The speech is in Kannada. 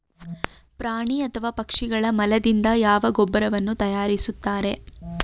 ಪ್ರಾಣಿ ಅಥವಾ ಪಕ್ಷಿಗಳ ಮಲದಿಂದ ಯಾವ ಗೊಬ್ಬರವನ್ನು ತಯಾರಿಸುತ್ತಾರೆ?